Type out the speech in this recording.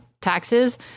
taxes